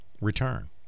return